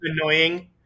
annoying